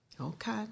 Okay